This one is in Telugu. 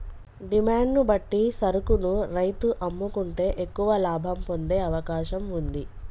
డిమాండ్ ను బట్టి సరుకును రైతు అమ్ముకుంటే ఎక్కువ లాభం పొందే అవకాశం వుంది